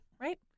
Right